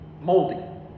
moldy